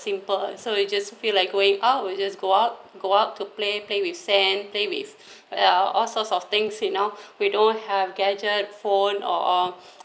simple so you just feel like going out we'll just go out go out to play play with sand play with all sorts of things you know we don't have gadget phone or